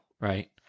right